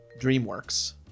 DreamWorks